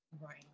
right